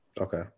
Okay